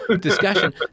discussion